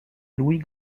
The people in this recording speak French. louis